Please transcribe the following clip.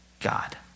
God